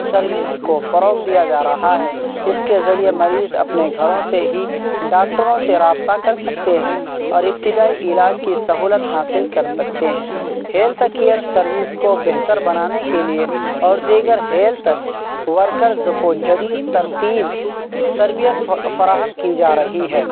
service کو فروغ دیا جا رہا ہے اس کے ذریعے مریض اپنے گھروں سے ہی ڈاکٹروں سے رابطہ کر سکتے ہیں اور ابتدائی علاج کی سہولت حاصل کر سکتے ہیں ہیلتھ کیئر سروس کو بہتر بنانے کے لیے اور دیگر ہیلتھ ورکرز کو جدید ترتیب تربیت فراہم کی جا رہی ہے